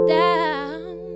down